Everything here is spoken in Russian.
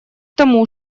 тому